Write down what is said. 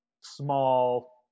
small